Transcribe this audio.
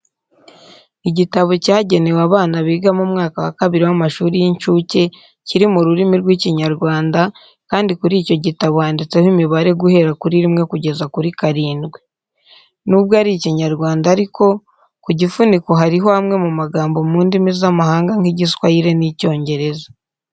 Igitabo cyagenewe abana biga mu mwaka wa kabiri w'amashuri y'incuke kiri mu rurimi rw'Ikinyarwanda, kandi kuri icyo gitabo handitseho imibare guhera kuri rimwe kugeza kuri karindwi. Nubwo ari Ikinyarwanda ariko, ku gifuniko hariho amwe mu magambo ari mu ndimi z'amahanga nk'Igiswayire n'Icyongereza.